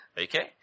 Okay